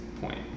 point